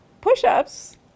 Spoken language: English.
push-ups